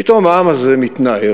פתאום העם הזה מתנער,